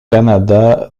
canada